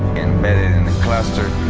embedded in the cluster,